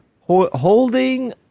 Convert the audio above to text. holding